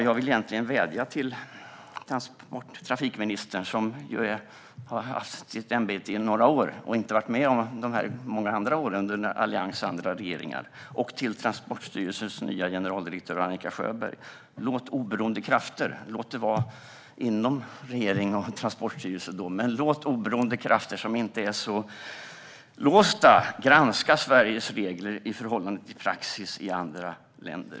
Jag vill vädja till trafikministern, som har innehaft sitt ämbete i ett par år och inte varit med under tidigare år med alliansregeringar och andra regeringar, och till Transportstyrelsens nya generaldirektör Annika Sjöberg att låta oberoende krafter som inte är så låsta, låt vara inom regeringen och Transportstyrelsen, granska Sveriges regler i förhållande till praxis i andra länder.